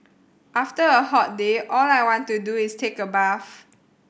after a hot day all I want to do is take a bath